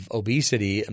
obesity